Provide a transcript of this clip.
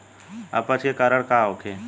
अपच के कारण का होखे?